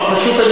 פשוט,